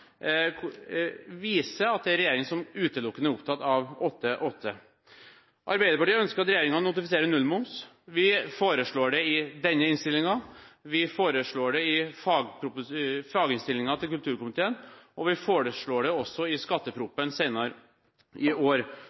viser at det er en regjering som utelukkende er opptatt av 8–8. Arbeiderpartiet ønsker at regjeringen notifiserer nullmoms. Vi foreslår det i denne innstillingen, vi foreslår det i faginnstillingen til kulturkomiteen, og vi foreslår det også i skatteproposisjonen senere i år.